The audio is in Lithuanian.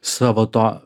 savo to